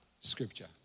scripture